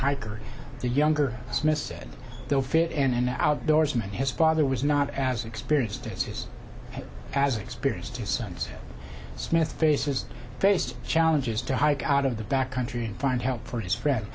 hiker the younger smith said they'll fit and outdoorsman his father was not as experienced as his has experienced two sons smith faces faced challenges to hike out of the back country and find help for his friend